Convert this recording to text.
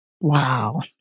Wow